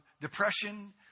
depression